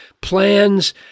plans